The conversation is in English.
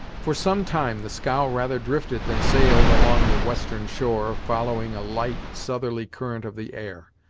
for some time the scow rather drifted than sailed along the western shore, following a light southerly current of the air.